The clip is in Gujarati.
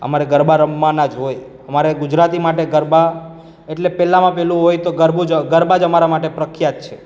અમારે ગરબા રમવાના જ હોય અમારે ગુજરાતી માટે ગરબા એટલે પહેલામાં પહેલું હોય તો ગરબો જ ગરબા જ અમારા માટે પ્રખ્યાત છે